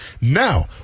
Now